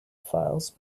files